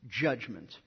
judgment